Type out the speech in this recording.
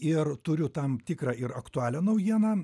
ir turiu tam tikrą ir aktualią naujieną